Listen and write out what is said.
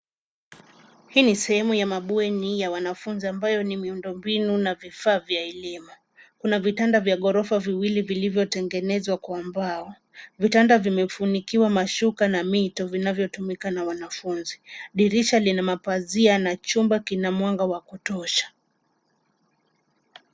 Hii ni sehemu ya mabweni ya wanafunzi ambayo ni miundombinu na vifaa vya elimu. Kuna vitanda vya ghorofa viwili vilivyotengenezwa kwa mbao. Vitanda vimefunikiwa mashuka na mito vinavyotumika na wanafunzi. Dirisha lina mapazia na chumba kina mwanga wa kutosha.